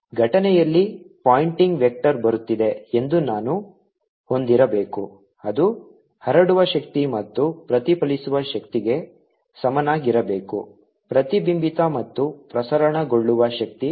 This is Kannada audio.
ಘಟನೆಯಲ್ಲಿ ಪಾಯಿಂಟಿಂಗ್ ವೆಕ್ಟರ್ ಬರುತ್ತಿದೆ ಎಂದು ನಾನು ಹೊಂದಿರಬೇಕು ಅದು ಹರಡುವ ಶಕ್ತಿ ಮತ್ತು ಪ್ರತಿಫಲಿಸುವ ಶಕ್ತಿಗೆ ಸಮನಾಗಿರಬೇಕು ಪ್ರತಿಬಿಂಬಿತ ಮತ್ತು ಪ್ರಸರಣಗೊಳ್ಳುವ ಶಕ್ತಿ